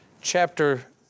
chapter